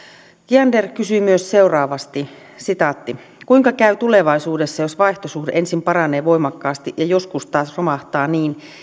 kiander kysyi myös seuraavasti kuinka käy tulevaisuudessa jos vaihtosuhde ensin paranee voimakkaasti ja joskus taas romahtaa niin